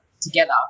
together